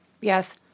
yes